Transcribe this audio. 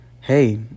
Hey